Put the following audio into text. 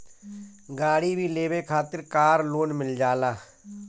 गाड़ी भी लेवे खातिर कार लोन मिल जाला